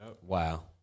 Wow